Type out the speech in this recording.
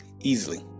easily